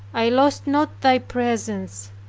i lost not thy presence,